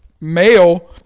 male